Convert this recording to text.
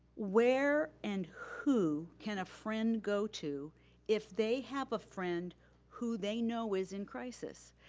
where and who can a friend go to if they have a friend who they know is in crisis.